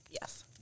Yes